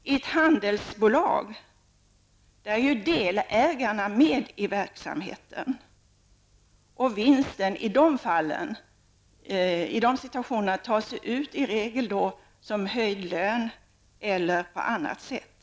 I ett handelsbolag är ju delägarna med i verksamheten, och vinsten tas ju då i regel ut som höjd lön eller på annat sätt.